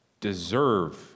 deserve